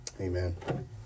Amen